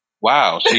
Wow